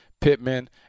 Pittman